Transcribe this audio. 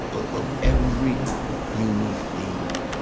ah of every human being.